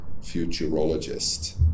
futurologist